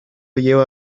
lleva